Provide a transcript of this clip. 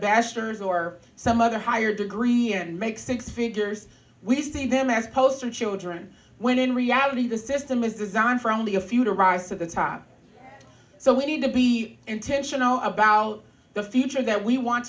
basters or some other higher degree and make six figures we see them as poster children when in reality the system is designed for only a few to rise to the top so we need to be intentional about the future that we want